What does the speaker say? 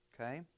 Okay